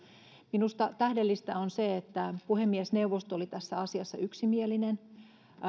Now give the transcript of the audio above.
minusta tähdellistä on se että puhemiesneuvosto oli tässä asiassa yksimielinen ja